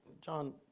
John